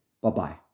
Bye-bye